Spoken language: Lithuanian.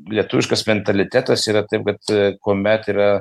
lietuviškas mentalitetas yra taip kad kuomet yra